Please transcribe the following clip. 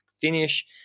finish